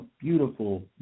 beautiful